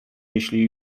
jeśli